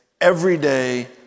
everyday